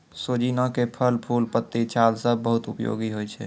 सोजीना के फल, फूल, पत्ती, छाल सब बहुत उपयोगी होय छै